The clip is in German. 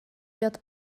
wird